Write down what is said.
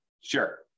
Sure